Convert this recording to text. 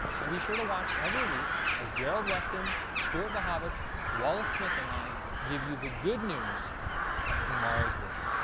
and be sure to watch every week as gerald weston, stuart wachowicz, wallace smith and i give you the good news of tomorrow's world.